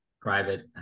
private